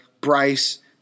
bryce